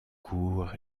cour